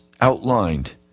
outlined